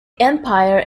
empire